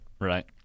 Right